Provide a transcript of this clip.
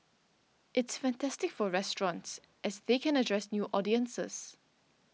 it's fantastic for restaurants as they can address new audiences